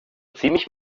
ziemlich